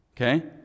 Okay